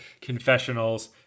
confessionals